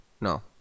No